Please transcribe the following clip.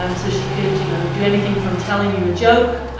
um so she could, you know, do anything from telling you a joke,